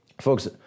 Folks